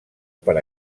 per